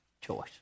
choice